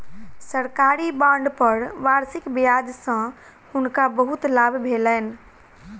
सरकारी बांड पर वार्षिक ब्याज सॅ हुनका बहुत लाभ भेलैन